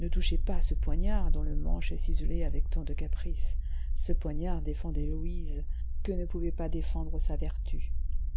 ne touchez pas à ce poignard dont le manche est ciselé avec tant de caprices ce poignard défendait louise que ne pouvait pas défendre sa vertu